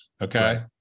Okay